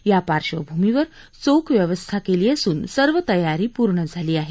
या पार्बभूमीवर चोख व्यवस्था केली असून सर्व तयारी पूर्ण झाली आहे